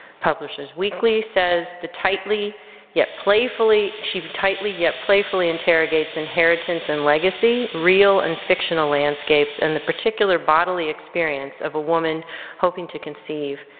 publishers weekly says the tightly yet playfully, she tightly yet playfully interrogates inheritance and legacy, real and fictional landscapes, and the particular bodily experience of a woman hoping to conceive.